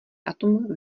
atom